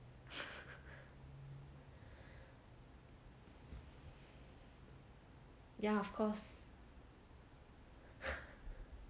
yeah of course